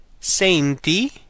senti